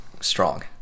Strong